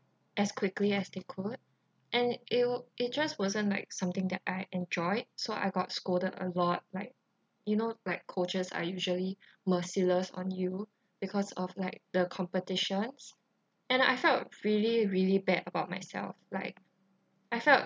as quickly as they could and it wi~ it just wasn't like something that I enjoyed so I got scolded a lot like you know like coaches are usually merciless on you because of like the competitions and I felt really really bad about myself like I felt